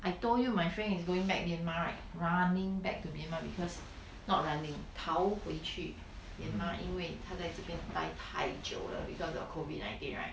I told you my friend is going back myanmar right running back to myanmar because not running 逃回去 myanmar 因为她在这边待太久了 because of COVID nineteen right